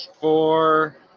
four